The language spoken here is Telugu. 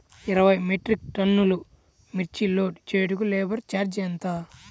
ఇరవై మెట్రిక్ టన్నులు మిర్చి లోడ్ చేయుటకు లేబర్ ఛార్జ్ ఎంత?